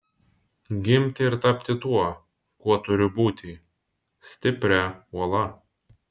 gimti ir tapti tuo kuo turiu būti stipria uola